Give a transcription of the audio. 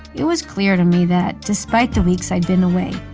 it was clear to me that despite the weeks i'd been away,